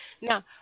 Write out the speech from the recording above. Now